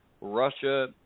Russia